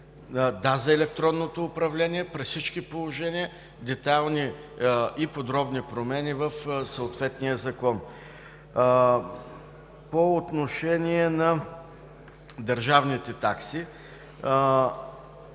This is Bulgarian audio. Да – за електронното управление. При всички положения детайлни и подробни промени в съответния закон. По отношение на държавните такси.